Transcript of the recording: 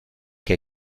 que